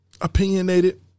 opinionated